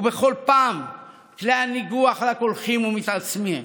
ובכל פעם כלי הניגוח רק הולכים ומתעצמים.